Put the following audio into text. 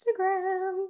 Instagram